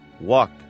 Walk